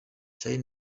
charly